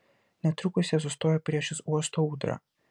netrukus jie sustojo priešais uosto ūdrą